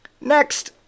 Next